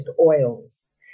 oils